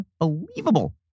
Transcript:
unbelievable